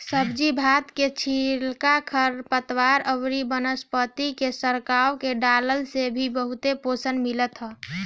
सब्जी भाजी के छिलका, खरपतवार अउरी वनस्पति के सड़आ के डालला से भी बहुते पोषण मिलत ह